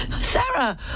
Sarah